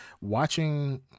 watching